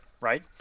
right